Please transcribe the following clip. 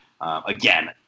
again